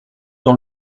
dans